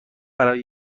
برای